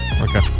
Okay